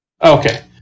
Okay